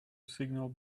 signal